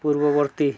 ପୂର୍ବବର୍ତ୍ତୀ